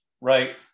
right